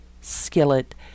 skillet